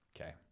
Okay